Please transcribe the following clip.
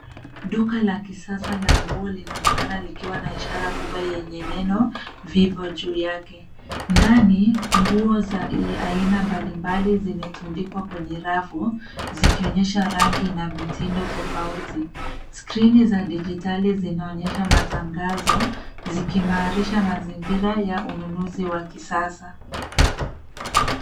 Duka la kisasa la nguo linaonekana likiwa na ishara ya kubwa yenye neno Vivo juu yake. Ndani nguo za aina mbalimbali zimetundikwa kwenye rafu zikionyesha rangi na mitindo tofauti. Skrini za dijitali zinaonyesha matangazo zikiimarisha mazingira ya ununuzi wa kisasa.